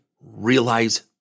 realize